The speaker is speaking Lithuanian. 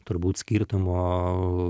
turbūt skirtumo